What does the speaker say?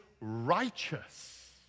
righteous